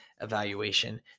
evaluation